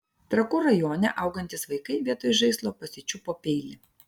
trakų rajone augantys vaikai vietoj žaislo pasičiupo peilį